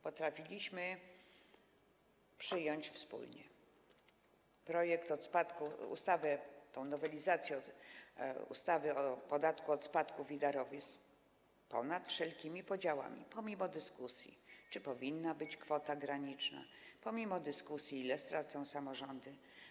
Potrafiliśmy przyjąć wspólnie projekt, tę nowelizację ustawy o podatku od spadków i darowizn ponad wszelkimi podziałami, pomimo dyskusji, czy powinna być kwota graniczna, pomimo dyskusji, ile stracą samorządy.